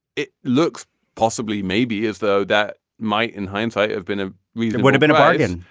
it looks possibly maybe as though that might, in hindsight have been a we would have been a bargain.